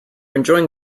enjoying